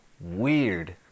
weird